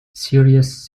serious